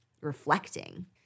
reflecting